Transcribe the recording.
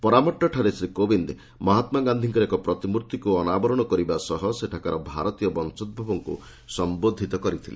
ପରାମଟ୍ଟଶରେ ଶ୍ରୀ କୋବିନ୍ଦ ମହାତ୍ମାଗାନ୍ଧୀଙ୍କର ଏକ ପ୍ରତିମୂର୍ତ୍ତିକୁ ଅନାବରଣ କରିବା ସହ ସେଠାକାର ଭାରତୀୟ ବଂଶୋଭବକୁ ସମ୍ବୋରତ କରିଥିଲେ